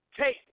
take